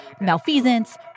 malfeasance